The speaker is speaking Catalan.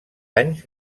anys